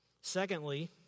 Secondly